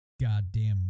goddamn